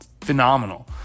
phenomenal